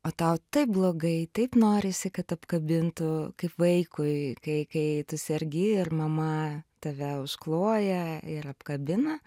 o tau taip blogai taip norisi kad apkabintų kaip vaikui kai kai tu sergi ir mama tave užkloja ir apkabina